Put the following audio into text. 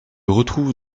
retrouve